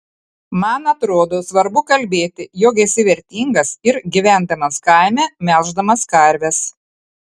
man atrodo svarbu kalbėti jog esi vertingas ir gyvendamas kaime melždamas karves